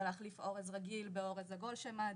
זה להחליף אורז רגיל באורז עגול שהם מעדיפים,